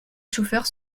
chauffeurs